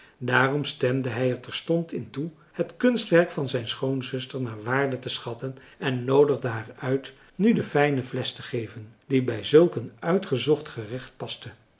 daarom stemde hij er terstond in toe het kunststuk van zijn schoonzuster naar waarde te schatten en noodigde haar uit nu de fijne flesch te geven die bij zulk een uitgezocht gerecht paste